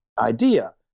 idea